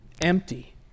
empty